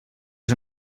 els